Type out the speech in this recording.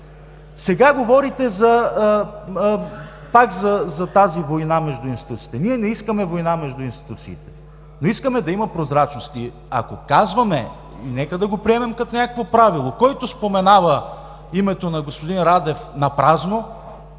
Сега говорите пак за тази война между институциите. Ние не искаме война между институциите, но искаме да има прозрачност. И ако казваме, нека да го приемем като някакво правило, който споменава името на господин Радев напразно,